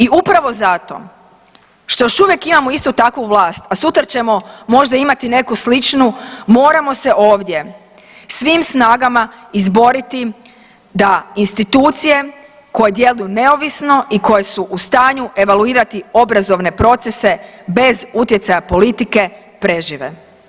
I upravo zato što još uvijek imamo istu takvu vlast, a sutra ćemo možda imati neku sličnu moramo se ovdje svim snagama izboriti da institucije koje djeluju neovisno i koje su u stanju evaluirati obrazovne procese bez utjecaja politike prežive.